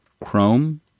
Chrome